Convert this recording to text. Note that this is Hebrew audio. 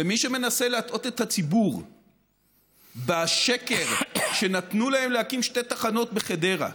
ומי שמנסה להטעות את הציבור בשקר שנתנו להם להקים שתי תחנות בחדרה,